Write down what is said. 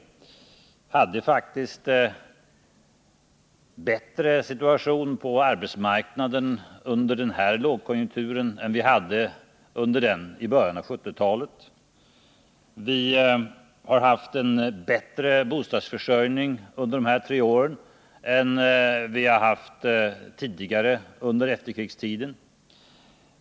Vi hade faktiskt en bättre situation på arbetsmarknaden under den här lågkonjunkturen än vi hade under den i början av 1970-talet. Vi har haft en bättre bostadsförsörjning under de här tre åren än vi har haft tidigare under efterkrigstiden.